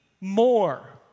more